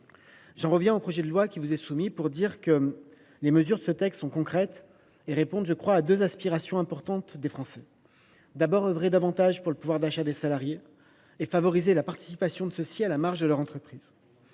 J’en reviens au projet de loi que vous allez examiner dans quelques instants. Les mesures du texte sont concrètes et répondent à deux aspirations importantes des Français : œuvrer davantage pour le pouvoir d’achat des salariés et favoriser la participation de ceux ci à la marche de leur entreprise.